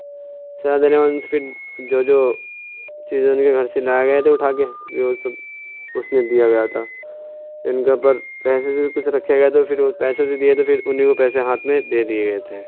سزا دینے کے بعد ان سے پھر جو جو چیزیں ان کے گھر سے لایا گیا تھا اٹھا کے وہ سب اس نے دیا گیا تھا ان کے اوپر پیسے ویسے بھی کچھ رکھے گئے تھے پھر وہ پیسے ویسے دیے تھے پھر انہیں کو پیسے ہاتھ میں دے دیے گئے تھے